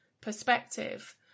perspective